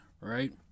right